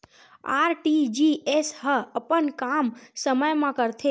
RTGS ह अपन काम समय मा करथे?